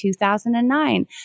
2009